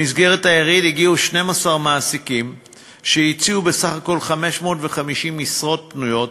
במסגרת היריד הגיעו 12 מעסיקים והציעו בסך הכול 550 משרות פנויות,